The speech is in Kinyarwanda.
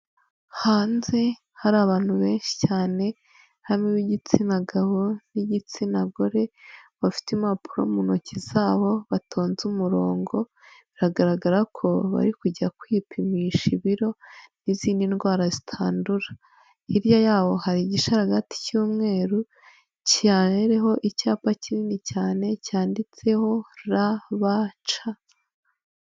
Hanze hari abantu benshi cyane, bamwe b'igitsina gabo, n'igitsina gore, bafite impapuro mu ntoki zabo, batonze umurongo, biragaragara ko bari kujya kwipimisha ibiro n'izindi ndwara zitandura, hirya yaho hari igirasharagati c'yumweru kiriho icyapa kinini cyane cyanditseho RBC.